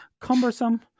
cumbersome